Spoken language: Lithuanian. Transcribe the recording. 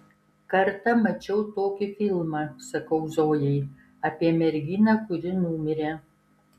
kartą mačiau tokį filmą sakau zojai apie merginą kuri numirė